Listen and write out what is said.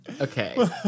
Okay